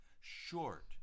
short